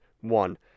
One